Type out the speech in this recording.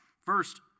First